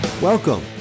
Welcome